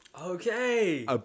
okay